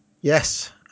Yes